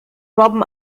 robben